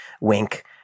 wink